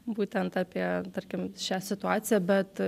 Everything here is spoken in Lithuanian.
būtent apie tarkim šią situaciją bet